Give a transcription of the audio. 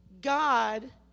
God